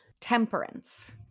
Temperance